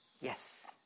Yes